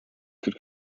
could